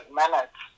minutes